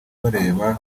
bareba